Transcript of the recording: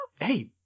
hey